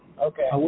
Okay